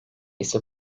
ise